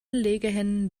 legehennen